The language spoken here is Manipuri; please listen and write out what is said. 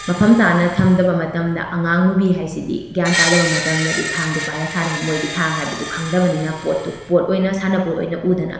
ꯃꯐꯝ ꯆꯥꯅ ꯊꯝꯗꯕ ꯃꯇꯝꯗ ꯑꯉꯥꯡ ꯅꯨꯕꯤ ꯍꯥꯏꯁꯤꯗꯤ ꯒ꯭ꯌꯥꯟ ꯇꯥꯗꯕ ꯃꯇꯝꯗꯗꯤ ꯊꯥꯡꯗꯣ ꯄꯥꯏꯔ ꯁꯥꯟꯅꯩ ꯃꯣꯏꯗꯤ ꯊꯥꯡ ꯍꯥꯏꯕꯗꯣ ꯈꯪꯗꯕꯅꯤꯅ ꯄꯣꯠꯇꯨ ꯄꯣꯠ ꯑꯣꯏꯅ ꯁꯥꯟꯅꯄꯣꯠ ꯑꯣꯏꯅ ꯎꯗꯅ